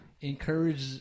encourage